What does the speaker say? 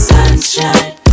Sunshine